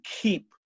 keep